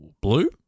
blue